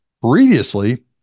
Previously